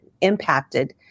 impacted